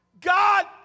God